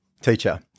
teacher